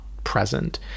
Present